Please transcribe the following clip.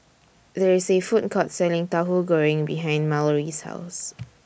There IS A Food Court Selling Tahu Goreng behind Mallory's House